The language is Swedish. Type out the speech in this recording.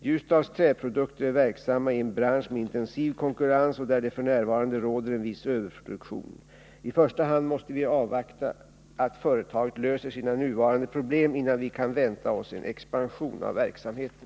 Ljusdals Träprodukter AB är verksamt i en bransch med intensiv konkurrens och där det f. n. råder en viss överproduktion. I första hand måste vi avvakta att företaget löser sina nuvarande problem, innan vi kan vänta oss en expansion av verksamheten.